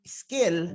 skill